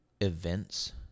events